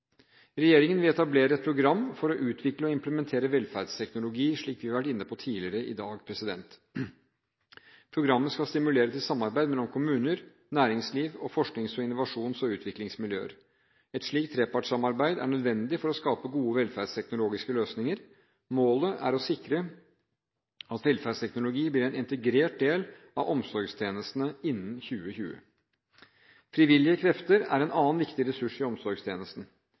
Regjeringen vil etablere et program for å utvikle og implementere velferdsteknologi, slik vi har vært inne på tidligere i dag. Programmet skal stimulere til samarbeid mellom kommuner, næringsliv og forsknings-, innovasjons- og utviklingsmiljøer. Et slikt trepartssamarbeid er nødvendig for å skape gode velferdsteknologiske løsninger. Målet er å sikre at velferdsteknologi blir en integrert del av omsorgstjenestene innen 2020. Frivillige krefter er en annen viktig ressurs i omsorgstjenesten.